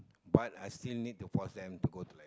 but I still need to force them to go to like